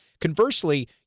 Conversely